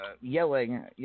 yelling –